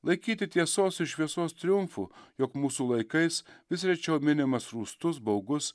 laikyti tiesos ir šviesos triumfu jog mūsų laikais vis rečiau minimas rūstus baugus